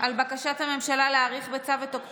זה לא גוב האריות, זה גוב השקיות.